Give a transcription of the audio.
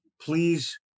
please